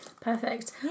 perfect